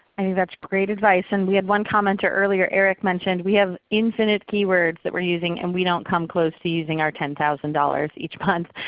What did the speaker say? and that's great advice. and we had one commenter earlier, eric mentioned, we have infinite keywords that we're using and we don't come close to using our ten thousand dollars each month.